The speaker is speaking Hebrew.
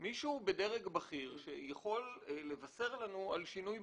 מישהו בדרג בכיר שיכול לבשר לנו על שינוי במערכת.